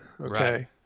Okay